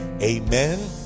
amen